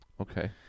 okay